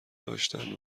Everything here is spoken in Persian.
داشتن